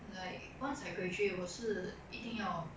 like once I graduate 我是一定要